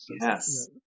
Yes